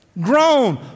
Grown